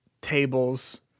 tables